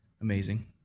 amazing